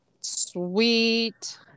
Sweet